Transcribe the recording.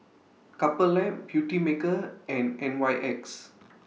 Couple Lab Beautymaker and N Y X